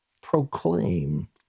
proclaim